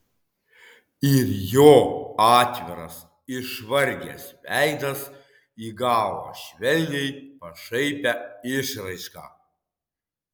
ir jo atviras išvargęs veidas įgavo švelniai pašaipią išraišką